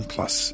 Plus